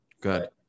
good